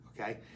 okay